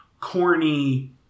corny